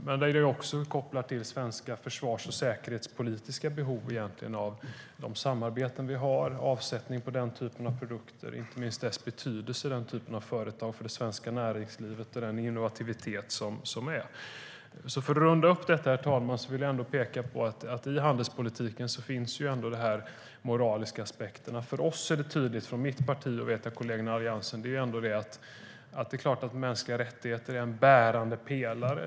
Men detta är också kopplat till svenska försvars och säkerhetspolitiska behov av de samarbeten vi har och avsättningen för den typen av produkter. Inte minst gäller det betydelsen av den typen av företag för det svenska näringslivet och den innovativitet som finns. Herr talman! I handelspolitiken finns de här moraliska aspekterna. För mitt parti och kollegorna i Alliansen är det tydligt att mänskliga rättigheter är en bärande pelare.